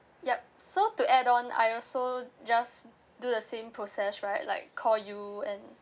yup so to add on I also just do the same process right like call you and